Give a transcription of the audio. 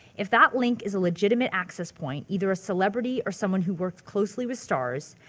if that link is a legitimate access point, either a celebrity or someone who worked closely with stars,